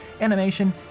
animation